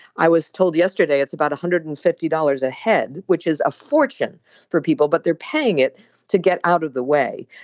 i was told yesterday it's about one hundred and fifty dollars ahead which is a fortune for people but they're paying it to get out of the way.